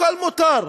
הכול מותר.